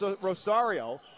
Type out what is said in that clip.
Rosario